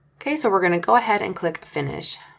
okay, so we're going to go ahead and click finish.